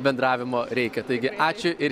bendravimo reikia taigi ačiū ir